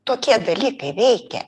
tokie dalykai veikia